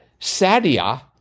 sadia